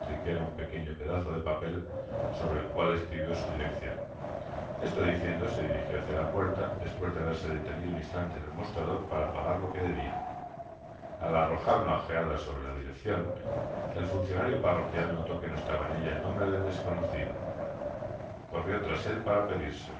faltriquera un pequeño pedazo de papel sobre el cual escribió su direccion esto diciendo se dirijió hácia la puerta despues de haberse detenido un instante en el mostrador para pagar lo que debian al arrojar una ojeada sobre la direccion el funcionario par roquial notó que no estaba en ella el nombre del desconocido corres trás él para pedirselo